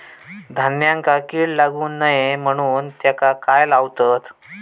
धान्यांका कीड लागू नये म्हणून त्याका काय लावतत?